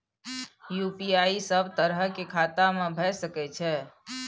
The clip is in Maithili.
यु.पी.आई सब तरह के खाता में भय सके छै?